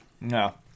No